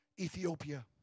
Ethiopia